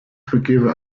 forgive